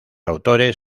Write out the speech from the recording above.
autores